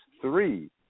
three